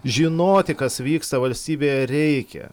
žinoti kas vyksta valstybėje reikia